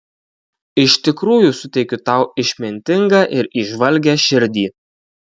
iš tikrųjų suteikiu tau išmintingą ir įžvalgią širdį